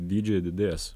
dydžiai didės